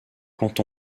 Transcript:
quand